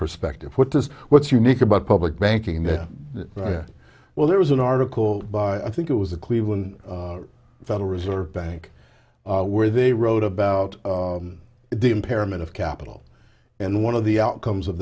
perspective what this what's unique about public banking that yeah well there was an article by i think it was a cleveland federal reserve bank where they wrote about the impairment of capital and one of the outcomes of